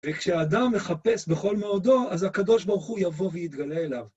וכשאדם מחפש בכל מאודו, אז הקדוש ברוך הוא יבוא ויתגלה אליו.